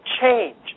change